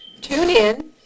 TuneIn